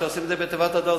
אפשר לשים בתיבת הדואר,